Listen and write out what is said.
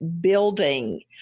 building